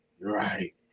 Right